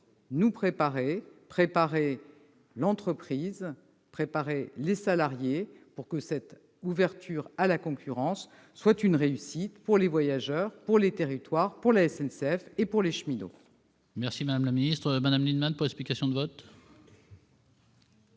en face et préparer l'entreprise et les salariés afin que cette ouverture à la concurrence soit une réussite pour les voyageurs, les territoires, la SNCF et les cheminots.